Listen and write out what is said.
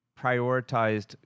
prioritized